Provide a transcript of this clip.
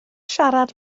siarad